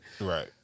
Right